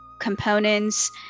components